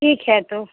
ठीक है तो